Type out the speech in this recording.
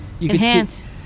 enhance